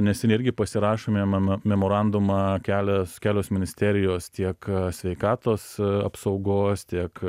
neseniai irgi pasirašėme meme memorandumą kelias kelios ministerijos tiek sveikatos apsaugos tiek